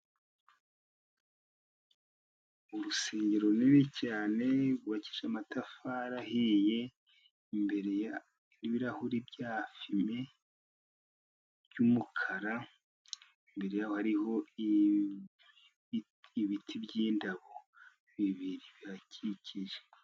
Urusengero runini cyane, rwubakije amatafari ahiye, imbere hari ibirahuri bya fime by'umukara, imbere hariho ibiti byindabo bibiri, bihakikije.